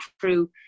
true